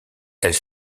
elle